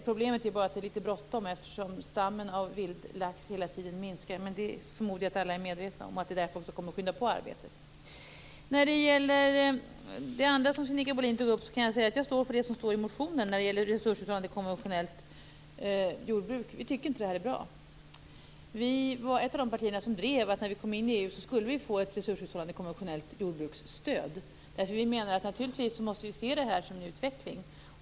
Problemet är att det är litet bråttom eftersom stammen av vildlax hela tiden minskar. Men jag förmodar att alla är medvetna om det och att arbetet därför kommer att skyndas på. Jag står för det som framgår i motionen i fråga om resurshushållande konventionellt jordbruk. Vi tycker inte att det är bra. Vi var ett av partierna som drev att när Sverige kom med i EU skulle Sverige får ett resurshushållande konventionellt jordbruksstöd. Vi måste naturligtvis se det som en utveckling.